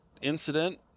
incident